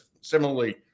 similarly